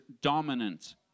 dominant